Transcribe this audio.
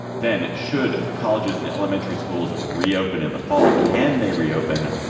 then, should colleges and elementary schools reopen in the fall? can they reopen?